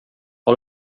har